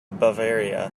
bavaria